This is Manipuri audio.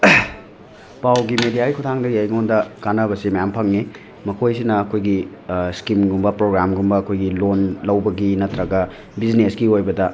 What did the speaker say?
ꯄꯥꯎꯒꯤ ꯃꯦꯗꯤꯌꯥꯒꯤ ꯈꯨꯊꯥꯡꯗꯒꯤ ꯑꯩꯉꯣꯟꯗ ꯀꯥꯟꯅꯕꯁꯤ ꯃꯌꯥꯝ ꯐꯪꯉꯤ ꯃꯈꯣꯏꯁꯤꯅ ꯑꯩꯈꯣꯏꯒꯤ ꯁ꯭ꯀꯤꯝꯒꯨꯝꯕ ꯄ꯭ꯔꯣꯒ꯭ꯔꯥꯝꯒꯨꯝꯕ ꯑꯩꯈꯣꯏꯒꯤ ꯂꯣꯟ ꯂꯧꯕꯒꯤ ꯅꯠꯇ꯭ꯔꯒ ꯕꯤꯖꯤꯅꯦꯁꯀꯤ ꯑꯣꯏꯕꯗ